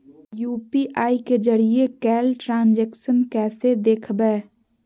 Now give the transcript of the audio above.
UPI के जरिए कैल ट्रांजेक्शन कैसे देखबै?